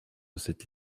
cette